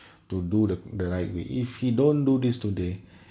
to do the the right way if you don't do this today